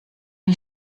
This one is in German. die